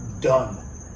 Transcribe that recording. Done